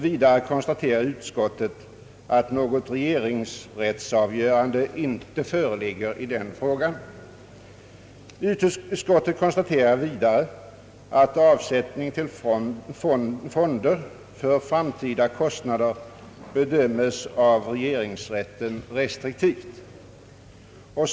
Vidare konstaterar utskottet att något regeringsrättsavgörande inte föreligger i den frågan. Utskottet konstaterar också att avsättning till fonder för framtida kostnader bedöms restriktivt av regeringsrätten.